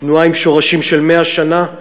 תנועה עם שורשים של 100 שנה.